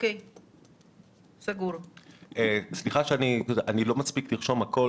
זו לא תוספת שלנו.